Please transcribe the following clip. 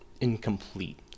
incomplete